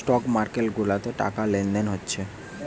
stock market গুলাতে টাকা লেনদেন হচ্ছে